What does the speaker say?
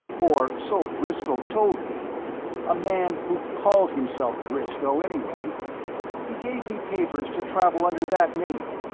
or so briscoe told me a man who called himself briscoe, anyway. he gave me papers to travel under that name!